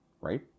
right